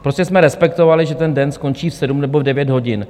Prostě jsme respektovali, že ten den skončí v sedm nebo v devět hodin.